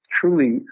truly